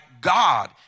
God